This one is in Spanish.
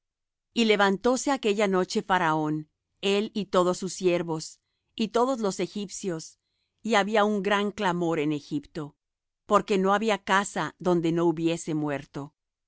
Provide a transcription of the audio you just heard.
y levantóse aquella noche faraón él y todos sus siervos y todos los egipcios y había un gran clamor en egipto porque no había casa donde no hubiese muerto